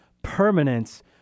permanence